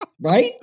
right